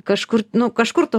kažkur nu kažkur tu